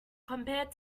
compared